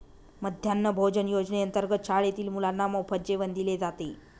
मध्यान्ह भोजन योजनेअंतर्गत शाळेतील मुलांना मोफत जेवण दिले जाते